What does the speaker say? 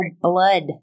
blood